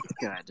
good